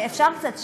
אפשר קצת שקט?